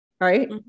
right